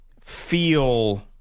feel